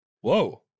Whoa